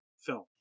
film